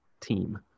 team